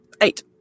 Eight